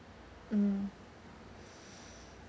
mm